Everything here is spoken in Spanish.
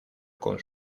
con